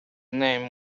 name